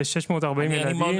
ל-640 לדעתי.